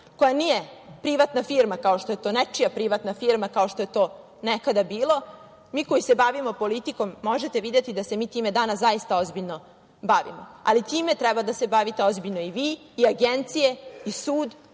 koja nije privatna firma kao što je nečija privatna firma, kao što je to nekada bilo, mi koji se bavimo politikom možete videti da se mi time danas zaista ozbiljno bavimo. Ali, time treba da se bavite ozbiljno i vi i agencije i sud